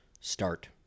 start